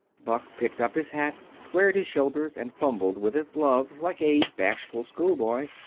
buck picked up his hat, squared his shoulders and fumbled with his gloves like a bashful schoolboy.